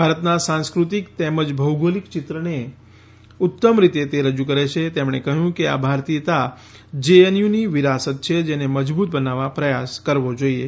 ભારતના સાંસ્કૃતિક તેમજ ભૌગોલિક ચિત્રને ઉત્તમ રીતે તે રજૂ કરે છે તેમણે કહ્યું કે આ ભારતીયતા જેએનયુની વિરાસત છે જેને મજબૂત બનાવવા પ્રયાસ કરવો જોઇએ